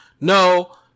no